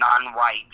non-white